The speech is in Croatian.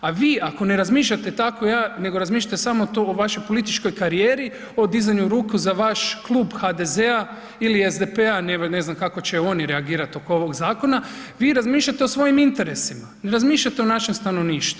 A vi ako ne razmišljate tako nego razmišljate samo o vašoj političkoj karijeri, o dizanju ruku za vaš klub HDZ-a ili SDP-a ne znam kako će oni reagirati oko ovog zakona vi razmišljate o svojim interesima, ne razmišljate o našem stanovništvu.